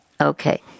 Okay